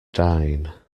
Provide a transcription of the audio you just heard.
dine